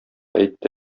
әйтте